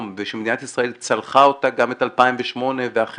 ושמדינת ישראל צלחה אותה גם את 2008 ואחר,